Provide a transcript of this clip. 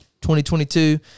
2022